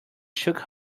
shook